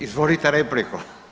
Izvolite repliku.